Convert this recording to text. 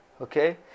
Okay